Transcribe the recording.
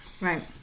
Right